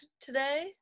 today